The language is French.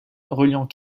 reliant